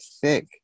thick